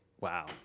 wow